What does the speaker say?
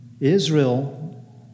Israel